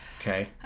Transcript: Okay